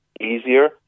easier